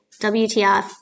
WTF